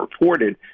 reported